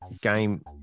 game